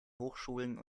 hochschulen